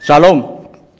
Shalom